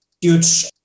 huge